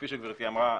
כפי שגברתי אמרה,